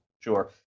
sure